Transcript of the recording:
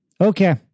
Okay